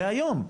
זה היום.